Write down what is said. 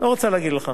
לא רוצה להגיד לך.